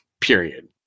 period